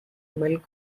milk